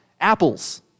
apples